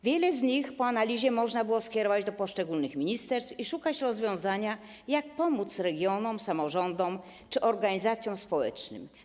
Wiele z nich po analizie można było skierować do poszczególnych ministerstw, by szukać rozwiązania umożliwiającego pomoc regionom, samorządom czy organizacjom społecznym.